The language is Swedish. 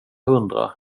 hundra